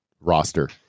roster